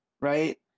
right